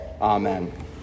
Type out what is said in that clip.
Amen